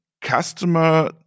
customer